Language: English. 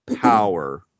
power